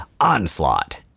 Onslaught